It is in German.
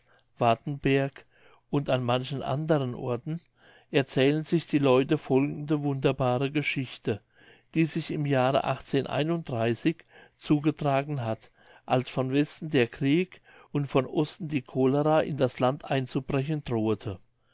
wartenberg und an manchen anderen orten erzählen sich die leute folgende wunderbare geschichte die sich im jahre zugetragen hat als von westen der krieg und von osten die cholera in das land einzubrechen drohete